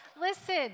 listen